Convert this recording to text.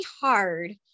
hard